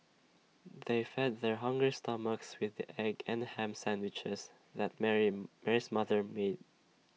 they fed their hungry stomachs with the egg and Ham Sandwiches that Mary Mary's mother made